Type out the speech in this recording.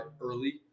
early